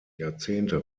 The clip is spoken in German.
jahrzehnte